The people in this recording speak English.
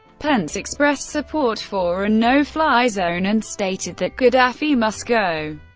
pence expressed support for a no-fly zone and stated that gaddafi must go.